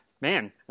Man